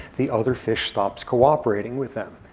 the other fish stops cooperating with them.